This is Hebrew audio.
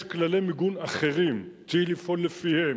יש כללי מיגון אחרים, צריך לפעול לפיהם.